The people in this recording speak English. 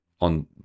on